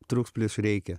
trūks plyš reikia